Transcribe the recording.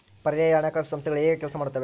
ಪರ್ಯಾಯ ಹಣಕಾಸು ಸಂಸ್ಥೆಗಳು ಹೇಗೆ ಕೆಲಸ ಮಾಡುತ್ತವೆ?